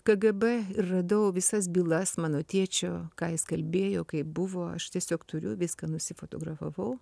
kgb ir radau visas bylas mano tėčio ką jis kalbėjo kaip buvo aš tiesiog turiu viską nusifotografavau